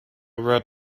word